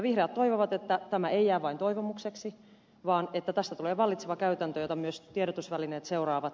vihreät toivovat että tämä ei jää vain toivomukseksi vaan että tästä tulee vallitseva käytäntö jota myös tiedotusvälineet seuraavat